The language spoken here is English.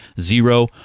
zero